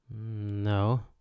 No